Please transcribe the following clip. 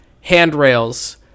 handrails